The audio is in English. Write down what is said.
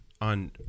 On